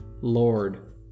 lord